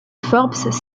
forbes